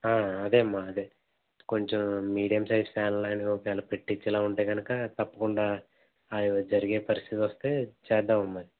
అదే అమ్మా అదే కొంచెం మీడియం సైజ్ ఫ్యాన్లు లాంటివి ఒకవేళ పెట్టించేలా ఉంటే కనుక తప్పకుండా అవి జరిగే పరిస్థితి వస్తే చేద్దాము అమ్మా